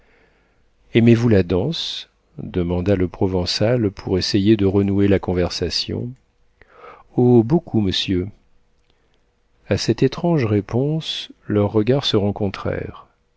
aimez-vous la danse demanda le provençal pour essayer de renouer la conversation oh beaucoup monsieur a cette étrange réponse leurs regards se